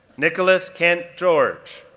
nicholas kent george,